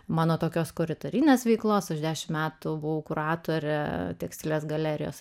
mano tokios koridorinės veiklos aš dešimt metų buvau kuratorė tekstilės galerijos